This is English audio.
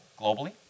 globally